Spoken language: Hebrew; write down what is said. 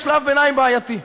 יש שלב ביניים בעייתי.